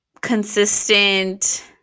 consistent